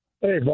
Hey